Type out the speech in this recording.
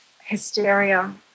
hysteria